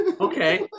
Okay